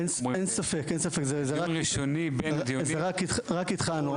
אין ספק, רק התחלנו.